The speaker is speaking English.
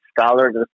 scholars